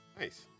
nice